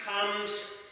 comes